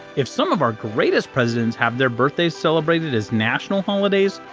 if some of our greatest presidents have their birthdays celebrated as national holidays.